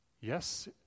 Yes